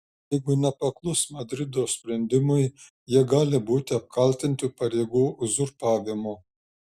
jeigu nepaklus madrido sprendimui jie gali būti apkaltinti pareigų uzurpavimu